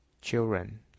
children